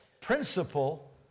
principle